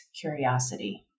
curiosity